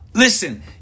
Listen